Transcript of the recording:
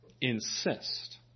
insist